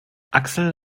axel